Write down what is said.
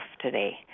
today